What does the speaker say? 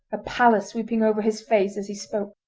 a pallor sweeping over his face as he spoke.